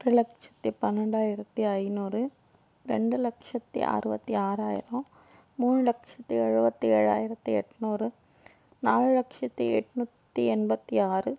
ஒரு லட்சத்து பன்னெண்டாயிரத்தி ஐநூறு ரெண்டு லட்சத்து அறுபத்தி ஆறாயிரம் மூணு லட்சத்து எழுபத்தி ஏழாயிரத்து எண்நூறு நாலு லட்சத்து எண்நூத்தி எண்பத்து ஆறு